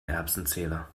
erbsenzähler